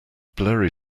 blurry